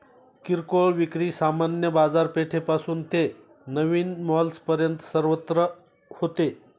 किरकोळ विक्री सामान्य बाजारपेठेपासून ते नवीन मॉल्सपर्यंत सर्वत्र होते